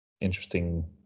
interesting